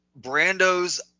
Brando's